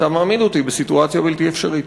אתה מעמיד אותי בסיטואציה בלתי אפשרית.